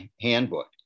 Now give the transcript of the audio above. handbook